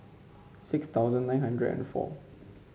six thousand nine hundred and four